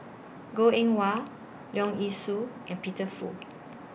Goh Eng Wah Leong Yee Soo and Peter Fu